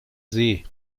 see